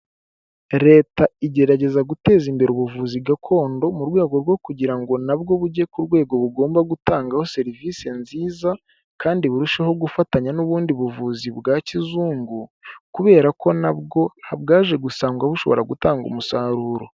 Leta igerageza guteza imbere ubuvuzi gakondo mu rwego rwo kugira ngo n'abwo bujye ku rwego bugomba gutangaho serivisi nziza, kandi burusheho gufatanya n'ubundi buvuzi bwa kizungu, kubera ko n'abwo bwaje gusangwa bushobora gutanga umusaruro.